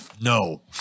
No